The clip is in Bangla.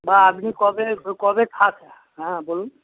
বা আপনি কবে কবে থাক হ্যাঁ বলুন